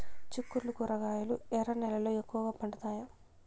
చిక్కుళ్లు కూరగాయలు ఎర్ర నేలల్లో ఎక్కువగా పండుతాయా